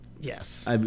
Yes